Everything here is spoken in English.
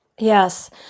Yes